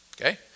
okay